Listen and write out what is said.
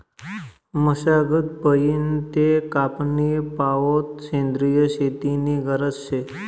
मशागत पयीन ते कापनी पावोत सेंद्रिय शेती नी गरज शे